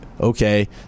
okay